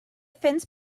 fence